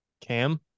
cam